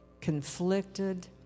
conflicted